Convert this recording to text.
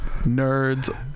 Nerds